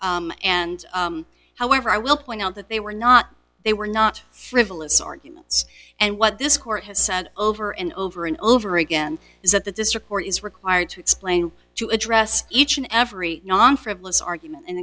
percent and however i will point out that they were not they were not frivolous arguments and what this court has said over and over and over again is that the district court is required to explain to address each and every non frivolous argument and